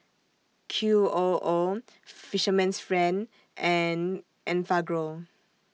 Q O O Fisherman's Friend and Enfagrow